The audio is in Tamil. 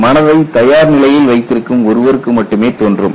மனதை தயார் நிலையில் வைத்திருக்கும் ஒருவருக்கு மட்டுமே தோன்றும்